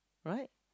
right